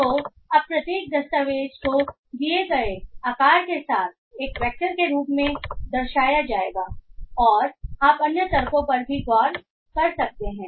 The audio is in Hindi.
तो अब प्रत्येक दस्तावेज़ को दिए गए आकार के साथ एक वेक्टर के रूप में दर्शाया जाएगा और आप अन्य तर्कों पर भी गौर कर सकते हैं